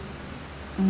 mm